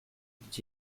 did